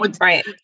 Right